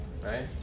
right